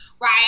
right